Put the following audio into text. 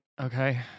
Okay